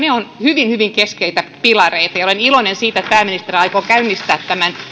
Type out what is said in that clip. ne ovat hyvin hyvin keskeisiä pilareita ja olen iloinen siitä että pääministeri aikoo käynnistää